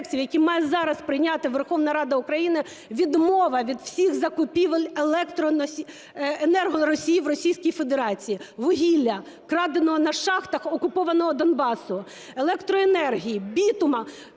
які зараз має прийняти Верховна Рада України, відмова від всіх закупівель енергоносіїв в Російській Федерації, вугілля, вкраденого на шахтах окупованого Донбасу, електроенергії, бітуму,